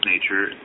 nature